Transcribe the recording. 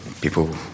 people